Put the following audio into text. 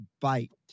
bite